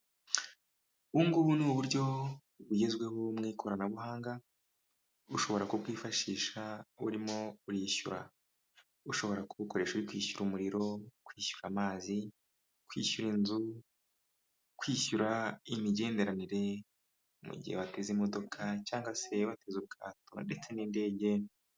Ubungubu ni uburyo bugezweho mu ikoranabuhanga ushobora kubwifashisha urimo urishyura, ushobora kubukoresha uri kwishyura umuriro, kwishyura amazi, kwishyura inzu, kwishyura imigenderanire mu gihe wateze imodoka cyangwa se wateze ubwato ndetse n'indege.